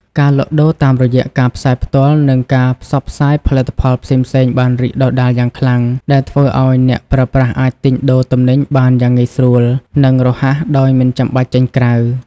ការលក់ដូរតាមរយៈការផ្សាយផ្ទាល់ និងការផ្សព្វផ្សាយផលិតផលផ្សេងៗបានរីកដុះដាលយ៉ាងខ្លាំង ដែលធ្វើឱ្យអ្នកប្រើប្រាស់អាចទិញដូរទំនិញបានយ៉ាងងាយស្រួល និងរហ័សដោយមិនចាំបាច់ចេញក្រៅ។